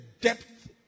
depth